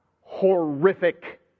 horrific